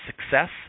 success